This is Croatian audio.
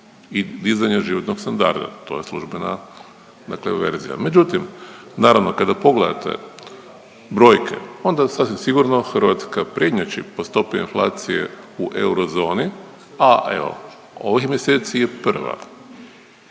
i dizanja životnog standarda to je službena dakle verzija. Međutim, naravno kada pogledate brojke onda sasvim sigurno Hrvatska prednjači po stopi inflacije u eurozoni, a evo ovih mjeseci je prva.